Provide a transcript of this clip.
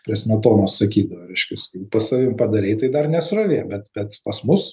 prie smetonos sakydavo reiškias kai po savim padarei tai dar ne srovė bet bet pas mus